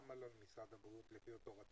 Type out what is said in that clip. בין לבין היה לנו את (12) ו-(13)